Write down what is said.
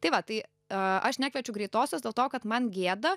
tai va tai a aš nekviečiu greitosios dėl to kad man gėda